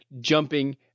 jumping